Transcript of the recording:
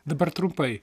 dabar trumpai